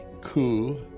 cool